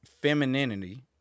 femininity